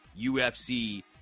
UFC